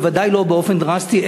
בוודאי לא באופן דרסטי,